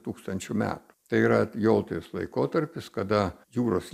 tūkstančio metų tai yra jautės laikotarpis kada jūros